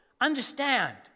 Understand